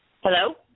Hello